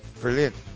Brilliant